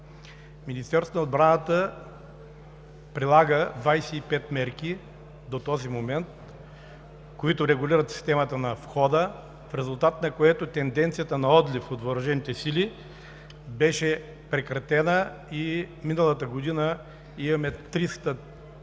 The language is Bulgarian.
Министерството на отбраната прилага 25 мерки до този момент, които регулират системата на входа, в резултат на което тенденцията на отлив от въоръжените сили беше прекратена и миналата година имаме 300